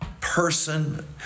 person